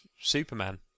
Superman